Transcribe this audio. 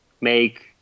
make